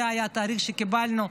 זה היה התאריך שקיבלנו,